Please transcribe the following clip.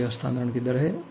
कार्य हस्तांतरण की दर है